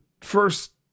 first